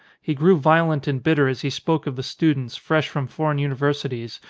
he grew violent and bitter as he spoke of the students, fresh from foreign universi ties,